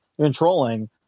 controlling